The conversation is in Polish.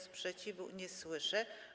Sprzeciwu nie słyszę.